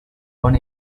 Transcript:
bon